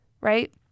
right